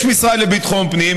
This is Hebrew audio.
יש משרד לביטחון פנים,